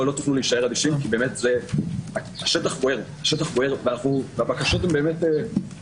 לא תוכלו להישאר אדישים כי השטח באמת בוער והבקשות לא מופרכות: